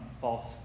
false